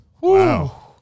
Wow